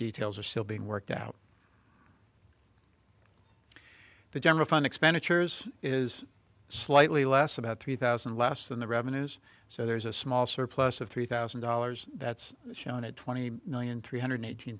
details are still being worked out the general fund expenditures is slightly less about three thousand less than the revenues so there's a small surplus of three thousand dollars that's shown at twenty million three hundred eighteen